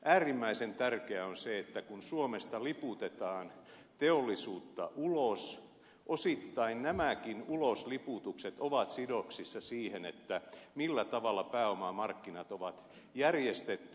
äärimmäisen tärkeää on se että kun suomesta liputetaan teollisuutta ulos osittain nämäkin ulosliputukset ovat sidoksissa siihen millä tavalla pääomamarkkinat on järjestetty